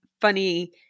funny